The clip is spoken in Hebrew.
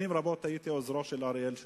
שנים רבות הייתי עוזרו של אריאל שרון,